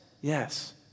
yes